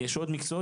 יש עוד מקצועות.